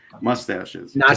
mustaches